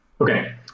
Okay